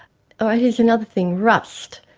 ah here's another thing rust.